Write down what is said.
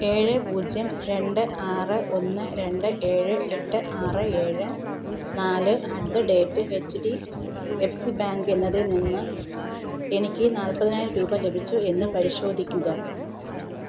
ഏഴ് പൂജ്യം രണ്ട് ആറ് ഒന്ന് രണ്ട് ഏഴ് എട്ട് ആറ് ഏഴ് നാല് at the date H D F C bank എന്നതിൽ നിന്ന് എനിക്ക് നാൽപതിനായിരം രൂപ ലഭിച്ചോ എന്ന് പരിശോധിക്കുക